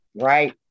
Right